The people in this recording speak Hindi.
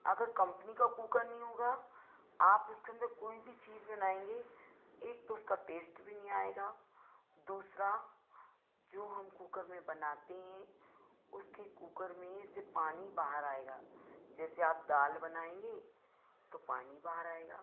अगर कंपनी का कुकर नहीं होगा आप उसके अन्दर कोई भी चीज़ बनाएँगे एक तो उसका टेस्ट भी नहीं आएगा दूसरा जो हम को कभी बनाते हैं उसके कुकर में ऐसे पानी बाहर आएगा जैसे आप दाल बनाएँगे तो पानी बाहर आएगा